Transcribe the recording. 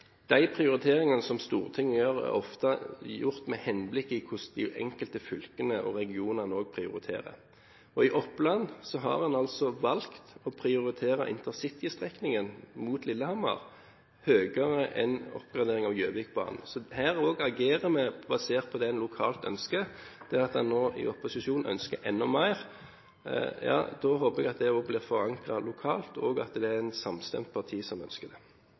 regionene prioriterer. I Oppland har en valgt å prioritere intercitystrekningen mot Lillehammer høyere enn en oppgradering av Gjøvikbanen. Også her agerer vi, basert på det en ønsker lokalt. Til det at en i opposisjon ønsker enda mer: Jeg håper at også det blir forankret lokalt, og at det er et samstemt parti som ønsker det.